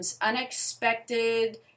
unexpected